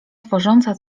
tworząca